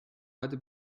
heute